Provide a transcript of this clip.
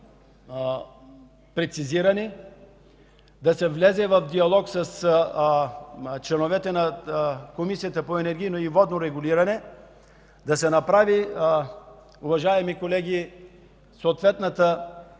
прецизирани, да се влезе в диалог с членовете на Комисията по енергийно и водно регулиране, да се направи съответното